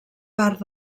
part